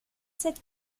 cette